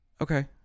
Okay